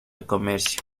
comercio